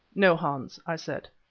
no, hans, i said,